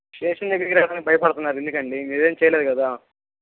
station దగ్గరకి రావడానికి భయపడుతున్నారు ఎందుకండి మీరేమి చేయలేదు కదా